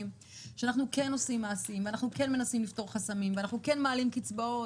שאנחנו כן עושים מעשים וכן מנסים לפתור חסמים וכן מעלים קצבאות,